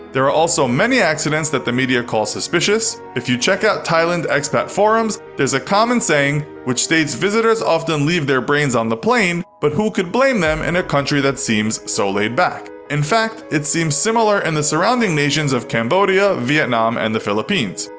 there are also many accidents that the media calls suspicious. if you check out thailand expat forums, there's a common saying, which states visitors often leave their brains on the plane, but who could blame them in a country that seems so laid back. in fact, it seems similar in and the surrounding nations of cambodia, vietnam, and the philippines.